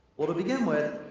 well, to begin with,